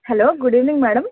hello good evening madam